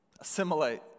assimilate